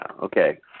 okay